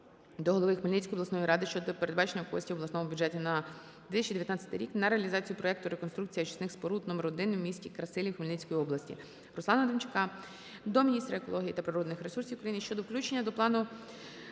до голови Хмельницької обласної ради щодо передбачення коштів в обласному бюджеті на 2019 рік на реалізацію проекту "Реконструкція очисних споруд №1 в місті Красилів Хмельницької області". РусланаДемчака до міністра екології та природних ресурсів України щодо включення до плану